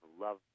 love